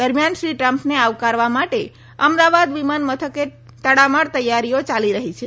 દરમિયાન શ્રી ટ્રમ્પને આવકારવા માટે અમદાવાદ વિમાનમથકે તડામાર તૈયારીઓ યાલી રહી છે